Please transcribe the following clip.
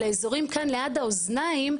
לאזורים כאן ליד האוזניים,